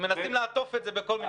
מנסים לעטוף את זה בכל מיני.